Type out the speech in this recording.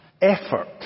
effort